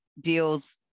deals